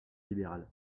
libéral